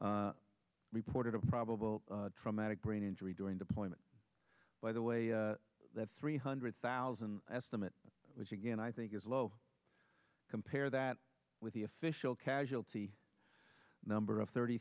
reported of probable traumatic brain injury during deployment by the way that three hundred thousand estimate which again i think is low compare that with the official casualty number of thirty